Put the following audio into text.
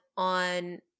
on